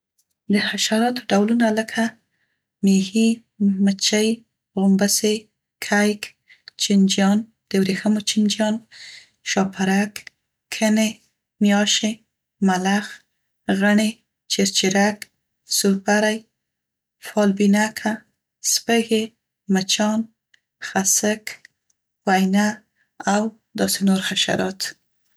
د حشراتو ډولونه لکه میږي، مچۍ، غومبسې، کیک، چنجیان، د وریښمو چمجیان، شاپرک، کنې، میاشې، ملخ، غڼې، چیرچیرک، سورپری، فالبینکه، سپږې، مچان، خسک، ویینه او داسې نور حشرات.